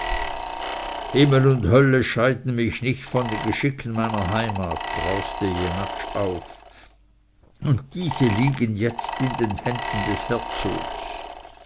himmel und hölle scheiden mich nicht von den geschicken meiner heimat brauste jenatsch auf und diese liegen jetzt in den händen des herzogs